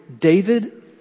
David